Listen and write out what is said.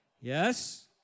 Yes